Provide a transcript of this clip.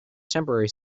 temporary